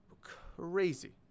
crazy